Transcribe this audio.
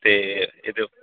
ਅਤੇ ਇਹਦੇ